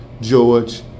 George